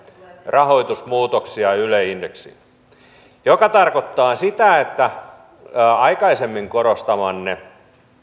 rahoitusmuutoksia yle indeksiin se tarkoittaa sitä että aikaisemmin korostamanne